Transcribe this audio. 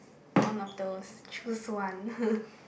one of those choose one